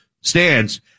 stands